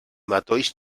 matolls